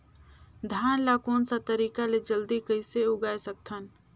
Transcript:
धान ला कोन सा तरीका ले जल्दी कइसे उगाय सकथन?